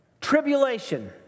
tribulation